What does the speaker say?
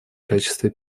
качестве